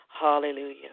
Hallelujah